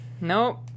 Nope